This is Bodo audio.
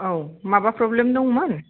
औ माबा फ्रब्लेम दंमोन